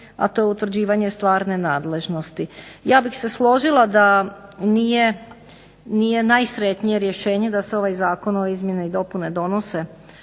a to je utvrđivanje stvarne nadležnosti. Ja bih se složila da nije najsretnije rješenje da se ovaj zakon, ove izmjene i dopune donose